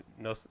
no